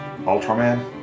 Ultraman